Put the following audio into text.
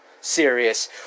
serious